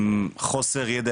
עם חוסר ידע,